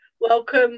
Welcome